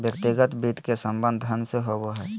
व्यक्तिगत वित्त के संबंध धन से होबो हइ